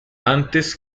antes